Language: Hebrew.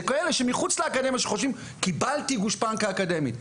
זה כאלה שמחוץ לאקדמיה שחושבים "קיבלתי גושפנקא אקדמית".